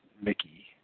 Mickey